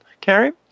Carrie